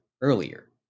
earlier